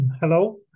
Hello